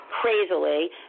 crazily